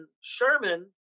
Sherman